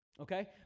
Okay